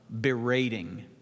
berating